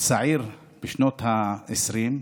צעיר בשנות העשרים.